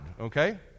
okay